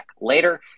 later